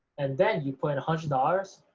and then you put a hundred dollars